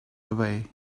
away